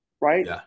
right